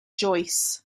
joyce